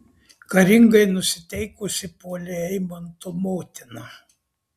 karingai nusiteikusi puolė eimanto motina